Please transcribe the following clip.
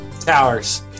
Towers